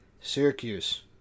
Syracuse